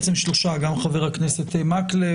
בעצם שלושה, גם חבר הכנסת מקלב.